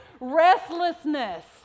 Restlessness